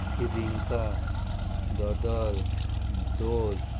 बिबिंका दोदोल दोश